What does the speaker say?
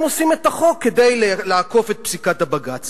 ואתם עושים את החוק כדי לעקוף את פסיקת הבג"ץ.